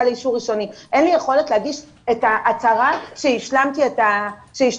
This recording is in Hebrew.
לאישור ראשוני< אין לי יכולת להגיש את ההצהרה שהשלמתי את הדרישה,